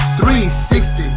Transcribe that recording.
360